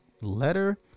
letter